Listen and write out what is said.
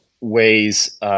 ways